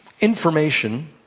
information